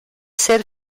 ser